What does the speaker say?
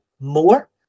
more